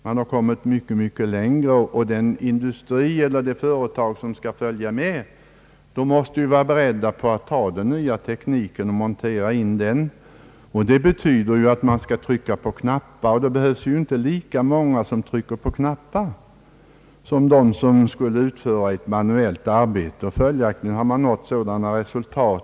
Man har nu kommit mycket, mycket längre, och det företag som vill följa med måste vara berett på att utnyttja den nya tekniken. Det betyder att arbetet alltmer kommer ait bestå i att trycka på knappar, och för det behövs det inte lika många anställda som när det gäller att utföra ett icke automatiserat arbete.